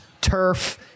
turf